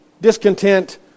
discontent